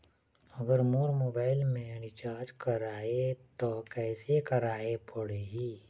अगर मोर मोबाइल मे रिचार्ज कराए त कैसे कराए पड़ही?